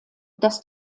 dass